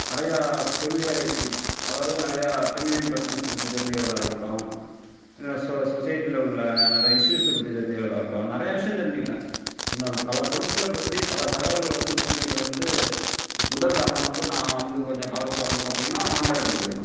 நிறையா ஃபெமிலியாரிட்டீஸ் அதாவது நெறைய ஃபெமினன் பர்சன்ஸ் பற்றி தெரிஞ்சிக்கிறதாக இருக்கட்டும் இன்னும் சொ சொசைட்டியில் உள்ள நெறைய இஷ்யூஸை பற்றி தெரிஞ்சுக்கிறதாகட்டும் நிறையா விஷயம் தெரிஞ்சுகிட்டேன் இன்னும் பல பொருட்களை பற்றி பல தகவல்களை வந்து தெரிஞ்சுக்கிட்டது வந்து முதல் காரணோம் வந்து நான் வந்து கொஞ்சம் காலத்துக்கு அப்புறோம் பார்த்திங்கனா ஆண்ட்ராய்டு மொபைல் தான்